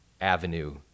avenue